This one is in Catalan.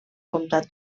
comtat